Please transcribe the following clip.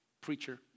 preacher